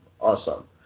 awesome